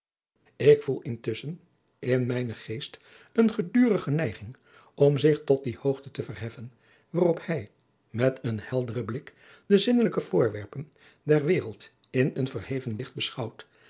ik voel intusschen in mijnen geest eene gedurige neiging om zich tot die hoogte te verheffen waarop hij met een helderen blik de zinnelijke voorwerpen der wereld in een verheven licht beschouwt